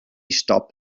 stopped